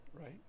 right